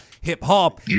hip-hop